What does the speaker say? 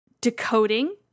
decoding